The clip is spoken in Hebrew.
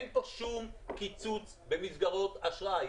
אין כאן שום קיצוץ במסגרות אשראי.